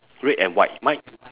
red and white mine